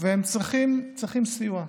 והם צריכים סיוע.